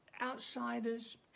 Outsiders